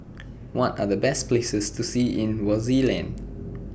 What Are The Best Places to See in Swaziland